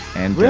and. really.